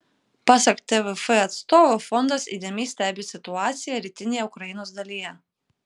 pasak tvf atstovo fondas įdėmiai stebi situaciją rytinėje ukrainos dalyje